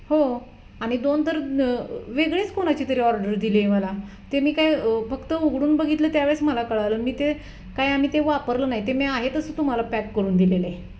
हो आणि दोन तर वेगळेच कोणाची तरी ऑर्डर दिली आहे मला ते मी काय फक्त उघडून बघितलं त्यावेळेस मला कळालं मी ते काय आम्ही ते वापरलं नाही ते मी आहे तसं तुम्हाला पॅक करून दिलेलं आहे